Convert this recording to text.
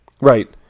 right